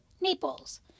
Naples